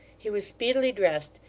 he was speedily dressed,